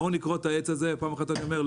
בואו נכרות את העץ הזה ופעם אחרת אני אומר,